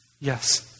Yes